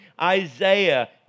Isaiah